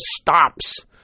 stops